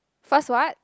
first what